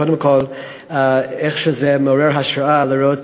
קודם כול, זה מעורר השראה לראות